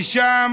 ושם